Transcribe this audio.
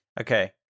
Okay